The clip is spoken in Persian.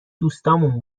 دوستامون